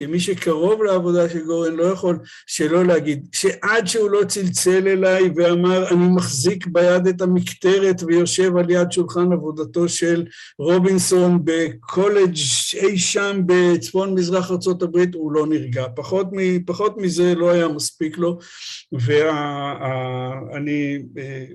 ‫כמי שקרוב לעבודה של גורן ‫לא יכול שלא להגיד. ‫עד שהוא לא צלצל אליי ואמר, ‫אני מחזיק ביד את המקטרת ‫ויושב על יד שולחן עבודתו של רובינסון ‫בקולג' אי שם בצפון מזרח ארה״ב, ‫הוא לא נרגע. ‫פחות מזה לא היה מספיק לו. ‫ואני...